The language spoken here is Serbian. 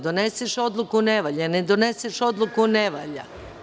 Doneseš odluku, ne valja, ne doneseš odluku, ne valja.